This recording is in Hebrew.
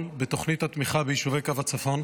על תוכנית התמיכה ביישובי קו הצפון.